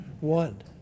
one